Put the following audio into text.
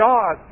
God